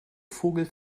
vogel